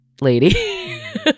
lady